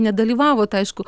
nedalyvavot aišku